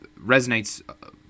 resonates